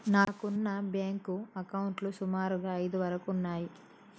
నాకున్న బ్యేంకు అకౌంట్లు సుమారు ఐదు వరకు ఉన్నయ్యి